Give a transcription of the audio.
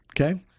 Okay